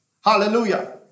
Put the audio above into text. Hallelujah